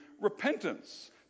repentance